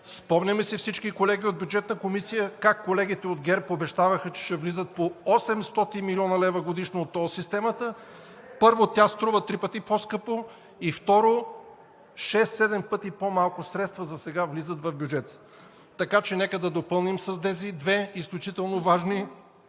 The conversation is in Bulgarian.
Спомняме си всички колеги от Бюджетната комисия как колегите от ГЕРБ обещаваха, че ще влизат по 800 млн. лв. годишно от тол системата. Първо, тя струва три пъти по-скъпо и, второ, шест – седем пъти по-малко средства засега влизат в бюджета. Така че нека да допълним с тези два изключително важни обекта